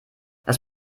das